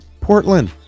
Portland